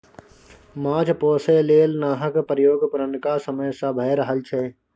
माछ पोसय लेल नाहक प्रयोग पुरनका समय सँ भए रहल छै